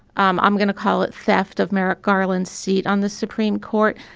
um i'm going to call it theft of merrick garland seat on the supreme court.